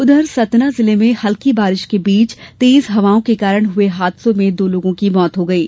उधर सतना जिले में हल्की बारिश के बीच तेज हवाओं के कारण हए हादसों में दो लोगों की मौत हो गयी